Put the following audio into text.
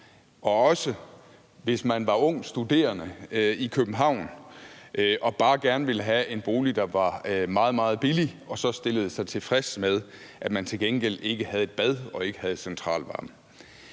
og også hvis man var ung studerende i København og bare gerne ville have en bolig, der var meget, meget billig, og hvis man stillede sig tilfreds med, at man til gengæld ikke havde et bad og ikke havde centralvarme.